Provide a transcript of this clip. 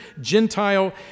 Gentile